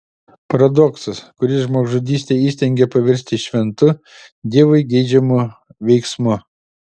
paradoksas kuris žmogžudystę įstengia paversti šventu dievui geidžiamu veiksmu